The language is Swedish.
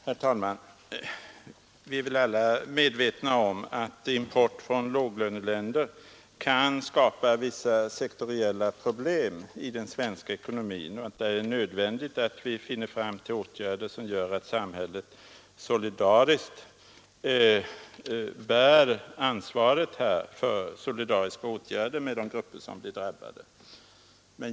Herr talman! Vi är väl alla medvetna om att import från låglöneländer kan skapa vissa sektoriella problem i den svenska ekonomin och att det är nödvändigt att vi finner åtgärder som gör att samhället solidariskt bär ansvaret hörför, dvs. solidariska åtgärder med de grupper som blir drabbade.